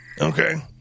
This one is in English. Okay